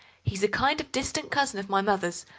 he's a kind of distant cousin of my mother's,